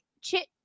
chit